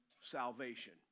salvation